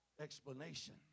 explanation